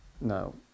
No